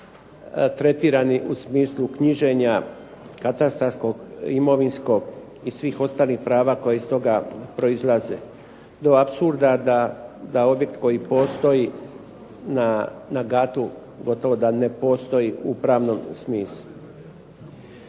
tretirani u smislu knjiženja katastarskog, imovinskog i svih ostalih prava koje iz toga proizlaze. Do apsurda da objekt koji postoji na gatu gotovo da ne postoji u pravnom smislu.